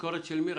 הביקורת של מי?